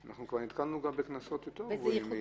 אנחנו נתקלנו בקנסות יותר גבוהים.